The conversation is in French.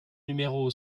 numéro